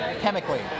chemically